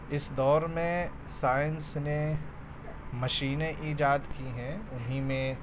اس دور میں سائنس نے مشینیں ایجاد کی ہیں انہیں میں